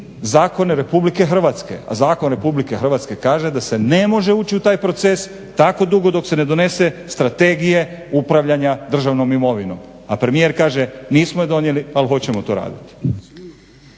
zakone RH, a zakon RH kaže da se ne može ući u taj proces tako dugo dok se ne donese strategije upravljanja državnom imovinom, a premijer kaže nismo je donijeli ali hoćemo to raditi.